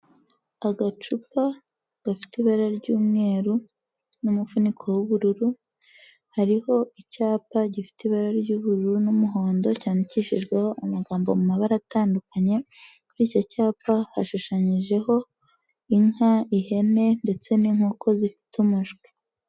Agacupa gafite ibara ry'umweru n'umufuniko w'ubururu, hariho icyapa gifite ibara ry'ubururu n'umuhondo, cyandikishijweho amagambo mu mabara atandukanye, kuri icyo cyapa hashushanyijeho inka, ihene ndetse n'inkoko zifite umushwi.